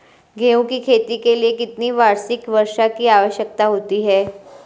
गेहूँ की खेती के लिए कितनी वार्षिक वर्षा की आवश्यकता होती है?